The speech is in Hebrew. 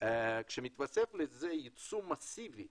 כשמתווסף לזה ייצוא מאסיבי